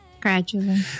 Gradually